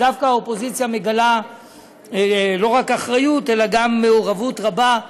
ודווקא האופוזיציה מגלה לא רק אחריות אלא גם מעורבות רבה.